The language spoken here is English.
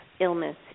illness